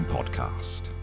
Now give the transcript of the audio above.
Podcast